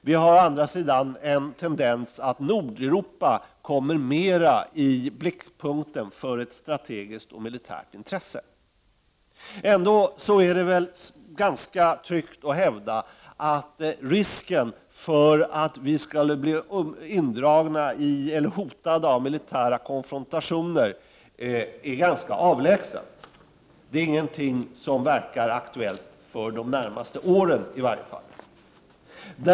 Å andra sidan finns det en tendens till att Nordeuropa då mera kommer i blickpunkten för ett strategiskt och militärt intresse. Ändå kan man väl ganska tryggt hävda att risken för att vi hotas av militära konfrontationer är ganska avlägsen. Det är ingenting som verkar bli aktuellt under de närmaste åren i varje fall.